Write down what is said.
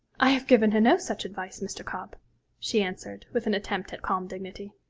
i have given her no such advice, mr. cobb she answered, with an attempt at calm dignity.